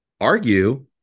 argue